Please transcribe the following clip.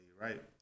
right